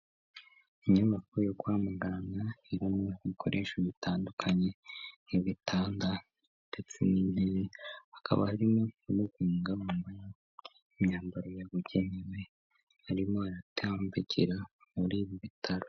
Inyamakuru yo kwamagana irimo ibikoresho bitandukanye nk'ibitanda ndetse n'intebe, haka harimo muganga wambaye imyambaro yabugenewe arimo aratambagira muri ibi bitaro.